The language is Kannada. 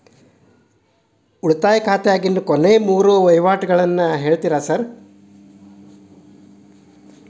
ಉಳಿತಾಯ ಖಾತ್ಯಾಗಿನ ಕೊನೆಯ ಮೂರು ವಹಿವಾಟುಗಳನ್ನ ಹೇಳ್ತೇರ ಸಾರ್?